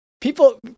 people